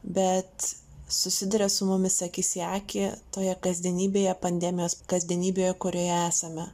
bet susiduria su mumis akis į akį toje kasdienybėje pandemijos kasdienybėje kurioje esame